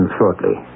shortly